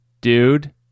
Dude